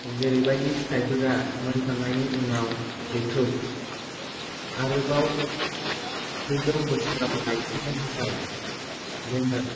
जेरैबायदि फिथाइफोरा मोनखांनायनि उनाव बेखौ आरोबाव फैगौ बोसोराव गायफिननो थाखाय जोङो